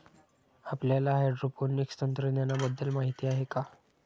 आपल्याला हायड्रोपोनिक्स तंत्रज्ञानाबद्दल माहिती आहे का?